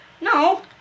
No